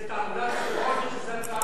זו תעמולת בחירות או שזה הצעת חוק?